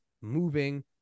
moving